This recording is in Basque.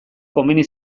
komeni